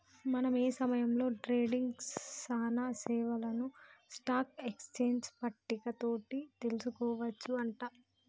మనం ఏ సమయంలో ట్రేడింగ్ సానా సేవలను స్టాక్ ఎక్స్చేంజ్ పట్టిక తోటి తెలుసుకోవచ్చు అంట